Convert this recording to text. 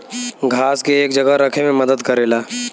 घास के एक जगह रखे मे मदद करेला